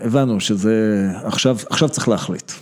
הבנו שזה, עכשיו עכשיו צריך להחליט.